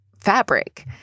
fabric